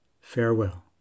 Farewell